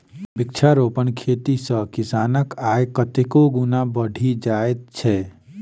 वृक्षारोपण खेती सॅ किसानक आय कतेको गुणा बढ़ि जाइत छै